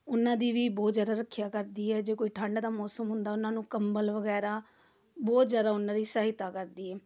ਉਨ੍ਹਾਂ ਦੀ ਵੀ ਬਹੁਤ ਜ਼ਿਆਦਾ ਰੱਖਿਆ ਕਰਦੀ ਹੈ ਜੇ ਕੋਈ ਠੰਡ ਦਾ ਮੌਸਮ ਹੁੰਦਾ ਉਹਨਾਂ ਨੂੰ ਕੰਬਲ ਵਗੈਰਾ ਬਹੁਤ ਜ਼ਿਆਦਾ ਉਹਨਾਂ ਦੀ ਸਹਾਇਤਾ ਕਰਦੀ ਹੈ